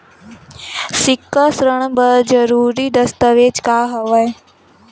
सिक्छा ऋण बर जरूरी दस्तावेज का हवय?